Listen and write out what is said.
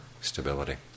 stability